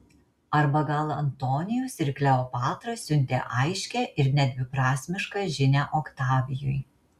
arba gal antonijus ir kleopatra siuntė aiškią ir nedviprasmišką žinią oktavijui